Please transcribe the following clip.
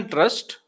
Trust